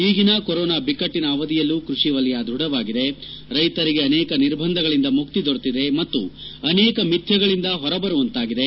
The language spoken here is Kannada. ಈಗಿನ ಕೊರೋನಾ ಬಿಕ್ಕಟ್ಟಿನ ಅವಧಿಯಲ್ಲೂ ಕೃಷಿ ವಲಯ ದ್ವಢವಾಗಿದೆ ರೈತರಿಗೆ ಅನೇಕ ನಿರ್ಬಂಧಗಳಿಂದ ಮುಕ್ತಿ ದೊರೆತಿದೆ ಮತ್ತು ಅನೇಕ ಮಿಥ್ಲಗಳಿಂದ ಹೊರಬರುವಂತಾಗಿದೆ